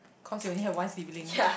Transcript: cause you only have one sibling